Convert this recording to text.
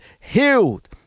healed